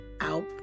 out